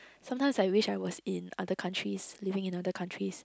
sometimes I wish I was in other countries living in other countries